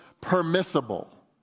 permissible